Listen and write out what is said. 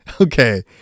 Okay